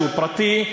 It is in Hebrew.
שהוא פרטי,